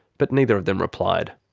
but neither of them replied.